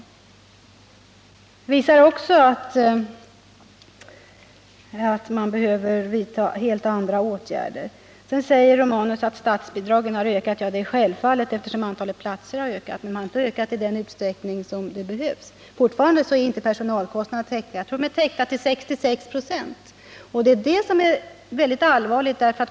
Det visar också att helt andra åtgärder behöver vidtas. Sedan säger statsrådet Romanus att statsbidragen har ökat. Självfallet, eftersom antalet platser har ökat, men de har inte ökat i den utsträckning som behövs. Personalkostnaderna är fortfarande inte täckta till mer än 66 96. Det är mycket allvarligt.